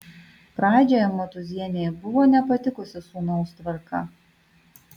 pradžioje matūzienei buvo nepatikusi sūnaus tvarka